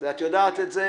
את יודעת את זה